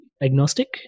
agnostic